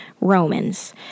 Romans